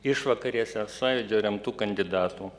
išvakarėse sąjūdžio remtų kandidatų